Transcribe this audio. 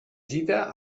gita